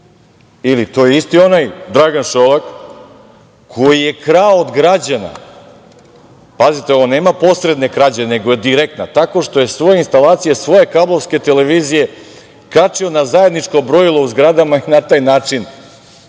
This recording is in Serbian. je isti onaj Dragan Šolak koji je krao od građana, pazite ovo nema posredne krađe nego direktna, tako što je svoje instalacije svoje kablovske televizije kačio na zajedničko brojilo u zgradama i na taj način